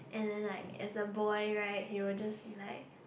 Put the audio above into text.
and then like as a boy right he will just see like